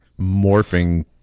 morphing